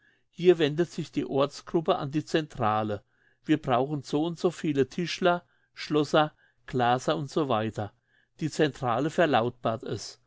hier wendet sich die ortsgruppe an die centrale wir brauchen so und so viele tischler schlosser glaser u s w die centrale verlautbart es